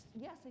Yes